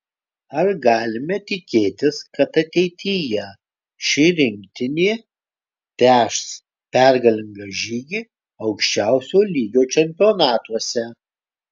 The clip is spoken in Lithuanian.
ar galime tikėtis kad ateityje ši rinktinė tęs pergalingą žygį aukščiausio lygio čempionatuose